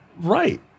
Right